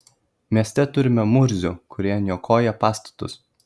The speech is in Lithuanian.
mieste turime murzių kurie niokoja pastatus